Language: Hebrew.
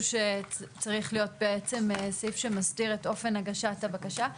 שצריך להיות בעצם סעיף שמסדיר את אופן הגשת הבקשה.